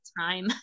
time